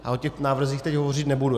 O těch návrzích teď hovořit nebudu.